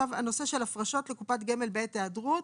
הנושא של הפרשות לקופת גמל בעת היעדרות.